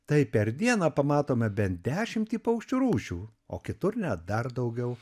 tai per dieną pamatome bent dešimtį paukščių rūšių o kitur net dar daugiau